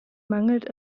mangelt